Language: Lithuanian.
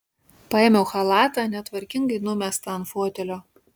paėmiau chalatą netvarkingai numestą ant fotelio